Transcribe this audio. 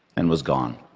and was gone.